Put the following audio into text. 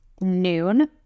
noon